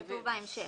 זה כתוב בהמשך.